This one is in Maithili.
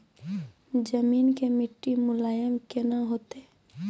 जमीन के मिट्टी मुलायम केना होतै?